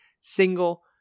single